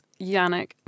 Yannick